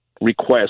request